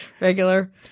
regular